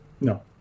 No